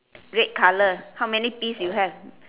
red colour how many piece you have